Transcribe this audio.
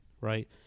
right